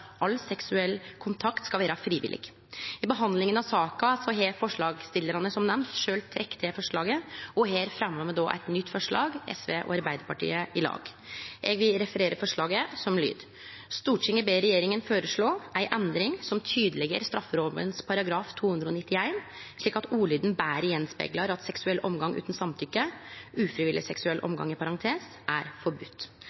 all seksuell kontakt skal være frivillig». I behandlinga av saka har forslagsstillarane som nemnt sjølve trekt det forslaget, og SV og Arbeidarpartiet fremjar eit nytt forslag i lag. Eg vil referere forslaget, som lyder: «Stortinget ber regjeringen foreslå en endring som tydeliggjør straffeloven § 291, slik at ordlyden bedre gjenspeiler at seksuell omgang uten samtykke